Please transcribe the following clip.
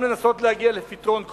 גם לנסות להגיע לפתרון כולל,